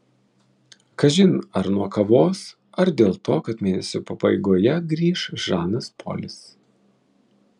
kažin ar nuo kavos ar dėl to kad mėnesio pabaigoje grįš žanas polis